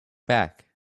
back